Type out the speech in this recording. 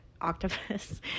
octopus